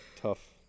Tough